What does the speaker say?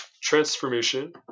transformation